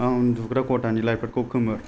आं उन्दुग्रा खथानि लाइटफोरखौ खोमोर